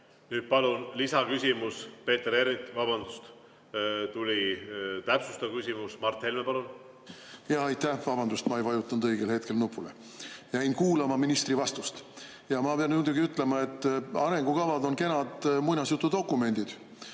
Nüüd palun lisaküsimus, Peeter Ernits! Vabandust, tuli täpsustav küsimus. Mart Helme, palun! Aitäh! Vabandust, ma ei vajutanud õigel hetkel nupule, jäin kuulama ministri vastust. Ma pean muidugi ütlema, et arengukavad on kenad muinasjutudokumendid,